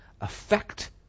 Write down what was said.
affect